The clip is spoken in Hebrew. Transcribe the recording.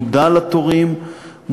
מודע לתורים,